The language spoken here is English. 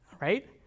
right